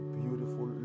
beautiful